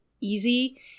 easy